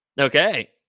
Okay